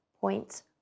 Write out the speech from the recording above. point